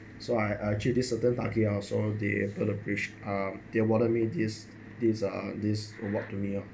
so I I actually did certain target ah so they b~ ah they awarded me this this uh this award to me ah